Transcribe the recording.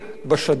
בשדרות,